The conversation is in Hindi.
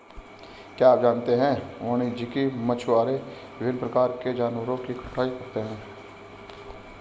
क्या आप जानते है वाणिज्यिक मछुआरे विभिन्न प्रकार के जानवरों की कटाई करते हैं?